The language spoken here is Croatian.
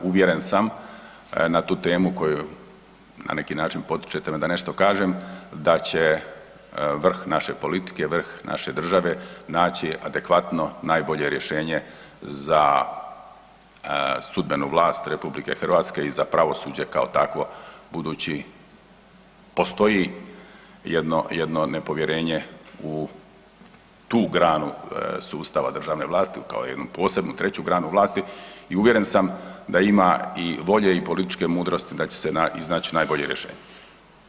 Uvjeren sam na tu temu koju na neki način potičete da nešto kažem, da će vrh naše politike, vrh naše države naći adekvatno najbolje rješenje za sudbenu vlast RH i za pravosuđe, kao takvo budući postoji jedno nepovjerenje u tu granu sustava državne vlasti, kao jednu posebnu, treću granu vlasti i uvjeren sam da ima i volje i političke mudrosti da će iznaći najbolje rješenje.